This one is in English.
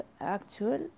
actual